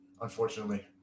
Unfortunately